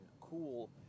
cool